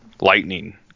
Lightning